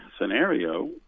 scenario